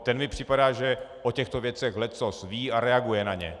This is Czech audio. Ten mi připadá, že o těchhle věcech leccos ví a reaguje na ně.